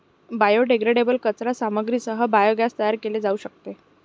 biodegradable कचरा सामग्रीसह biogas तयार केले जाऊ शकते